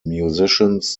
musicians